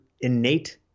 innate